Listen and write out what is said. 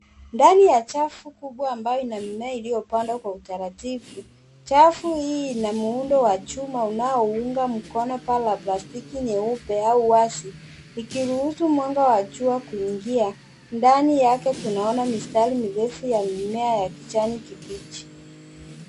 Ndani ya chafu kubwa ambayo ina mimea iliyopandwa kwa utaratibu. Chafu hii ina muundo wa chuma unaounga mkono paa la plastiki nyeupe au wazi ikiruhusu mwanga wa jua kuingia. Ndani yake tunaona mistari mirefu ya mimea ya kijani kibichi.